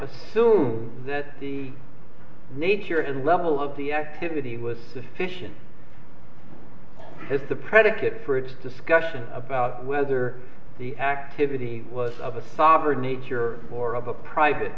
assume that the nature and level of the activity was sufficient if the predicate for its discussion about whether the activity was of a sovereign nature or of a private